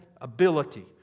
ability